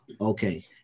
okay